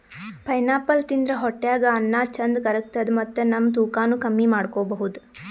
pineapple ತಿಂದ್ರ್ ಹೊಟ್ಟ್ಯಾಗ್ ಅನ್ನಾ ಚಂದ್ ಕರ್ಗತದ್ ಮತ್ತ್ ನಮ್ ತೂಕಾನೂ ಕಮ್ಮಿ ಮಾಡ್ಕೊಬಹುದ್